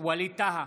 ווליד טאהא,